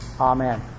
Amen